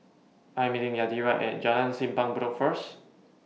I Am meeting Yadira At Jalan Simpang Bedok First